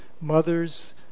mothers